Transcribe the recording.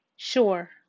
Sure